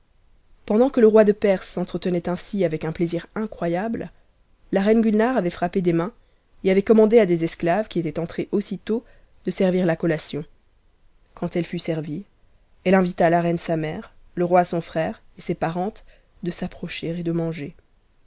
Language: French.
pendant que le roi de perse s'entretenait ainsi avec un plaisir incroyable la reine gulnare avait frappé des mains et avait commandé à des esc av qui étaient entrées aussitôt de servir la collation quand elle fut servie elle invita la reine sa mère le roi son frère et ses parentes de s'approcha et de manger